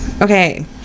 okay